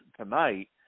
tonight